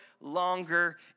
longer